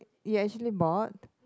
you actually bought